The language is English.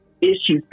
issues